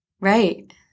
right